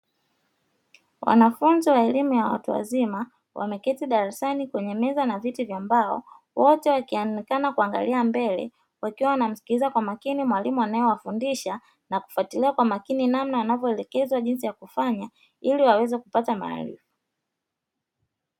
Wanafunzi wa elimu ya watu wazima wameketi darasani kwenye meza na viti vya mbao, wote wakionekana wakiangalia mbele wakiwa wanasikiliza kwa makini mwalimu anayefundisha na kufuatilia kwa makini namna wanavyoelekezwa jinsi ya kufanya ili waweze kupata maarifa.